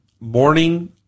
morning